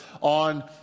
on